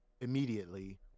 immediately